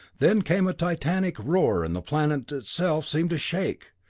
then came a titanic roar and the planet itself seemed to shake!